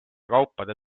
kaupade